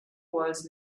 was